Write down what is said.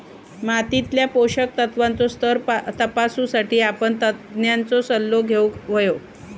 मातीतल्या पोषक तत्त्वांचो स्तर तपासुसाठी आपण तज्ञांचो सल्लो घेउक हवो